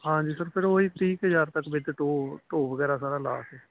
ਹਾਂ ਜੀ ਸਰ ਫਿਰ ਉਹੀ ਤੀਹ ਕੁ ਹਜ਼ਾਰ ਤੱਕ ਵਿੱਚ ਢੋਹ ਢੋਹ ਵਗੈਰਾ ਸਾਰਾ ਲਾ ਕੇ